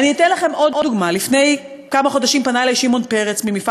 אני אתן לכם עוד דוגמה: לפני כמה חודשים פנה אלי שמעון פרץ ממפעל